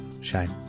Shame